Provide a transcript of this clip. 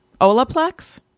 Olaplex